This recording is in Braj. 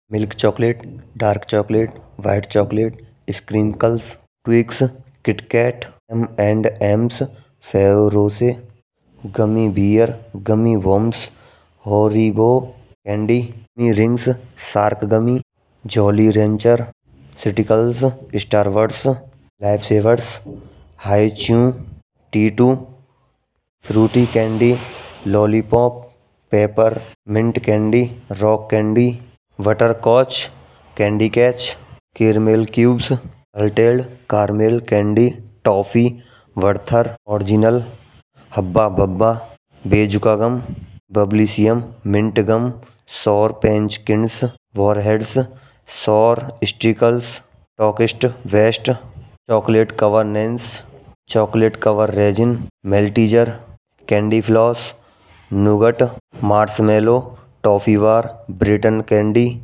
Milk chocolate, dark chocolate white chocolate screen curls. Quicks, Kit Kat and एम्स फिरोज़ गेमी बीयर, गेमी वॉल्स, ओरिगो कैंडी। ईरिंग्स सरकारगमी जोली रेंजर सिटिकल स्टार बर्ड्स, वेव सीबर्ड्स, Hi Chew. Tattoo fruity candy, lollipop peppermint, candy rock candy. Butterscotch, candy कच, caramel cubes, salted caramel candy toffee, water, original Hubba Bubba. Bazooka gum, Bubblicious, mint gum sour punch gums, Warheads. Sour स्टर्ल कॉल वेस्ट, चॉकलेट कवर नेंस, chocolate cover resin. Maltesers, candy floss, nougat, marshmallow, toffee वॉर ब्रिटेन कैंडी के लिए सर और स्टिकर पश्चिम चॉकलेट शासन चॉकलेट कवर उग्र पिघल candy floss nougat marshmallow toffee और ब्रिटेन कैंडी।